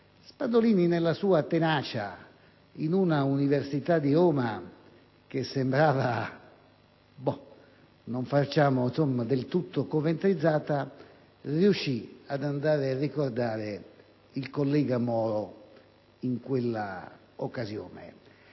Spadolini nella sua tenacia, in una università di Roma che sembrava del tutto "coventrizzata", riuscì ad andare a ricordare il collega Moro in quella occasione.